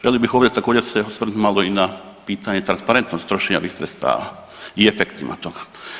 Želio bih ovdje također se osvrnut malo i na pitanje transparentnosti trošenja ovih sredstava i efektima toga.